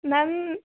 ma'am